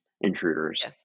intruders